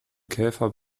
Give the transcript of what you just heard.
käfer